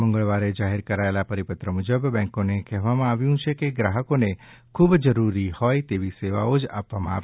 મંગળવારે જાહેર કરેલા પરિપત્ર મૂજબ બેંકોને કહેવાયું છે કે ગ્રાહકોને ખૂબ જરૂરી હોય તેવી સેવાઓ જ આપવામાં આવે